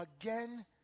again